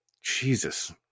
Jesus